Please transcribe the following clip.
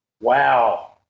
Wow